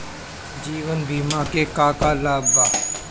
जीवन बीमा के का लाभ बा?